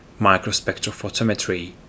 microspectrophotometry